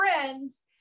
friends